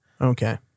Okay